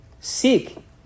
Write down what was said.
Seek